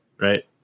right